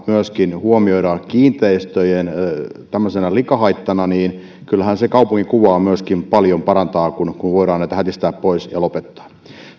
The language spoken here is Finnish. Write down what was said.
myöskin tulevaisuudessa huomioida kiinteistöjen tämmöisenä likahaittana niin kyllähän se kaupunkikuvaa myöskin paljon parantaa kun kun voidaan näitä hätistää pois ja lopettaa